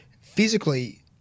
physically